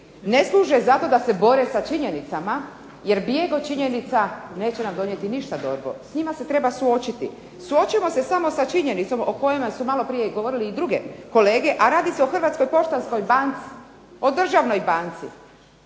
ne služe zato da se bore sa činjenicama, jer bijeg od činjenica neće nam donijeti ništa dobro. S njima se treba suočiti. Suočimo se samo sa činjenicom o kojima su maloprije govorili i druge kolege, a radi se o Hrvatskoj poštanskoj banci, o državnoj banci